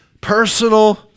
personal